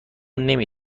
نمی